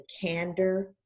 candor